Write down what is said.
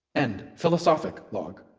end philosophic log